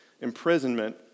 imprisonment